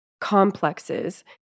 complexes